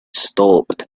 stopped